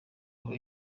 aho